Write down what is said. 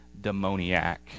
Demoniac